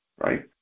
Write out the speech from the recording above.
right